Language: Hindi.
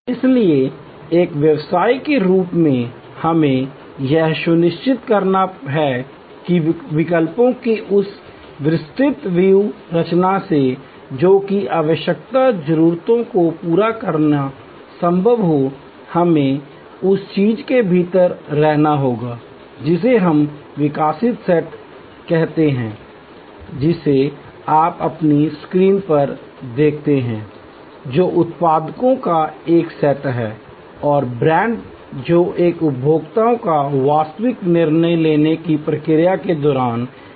इसलिए एक व्यवसाय के रूप में हमें यह सुनिश्चित करना है कि विकल्पों की उस विस्तृत व्यूह रचना से जो कि आवश्यक जरूरतों को पूरा करना संभव हो हमें उस चीज़ के भीतर रहना होगा जिसे हम विकसित सेट कहते हैं जिसे आप अपनी स्क्रीन पर देखते हैं जो उत्पादों का एक सेट है और ब्रांड जो एक उपभोक्ता वास्तविक निर्णय लेने की प्रक्रिया के दौरान विचार करता है